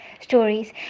stories